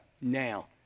Now